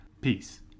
Peace